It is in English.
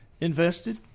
invested